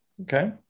okay